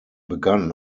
begann